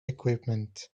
equipment